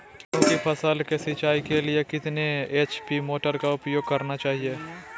गेंहू की फसल के सिंचाई के लिए कितने एच.पी मोटर का उपयोग करना चाहिए?